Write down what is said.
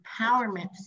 Empowerment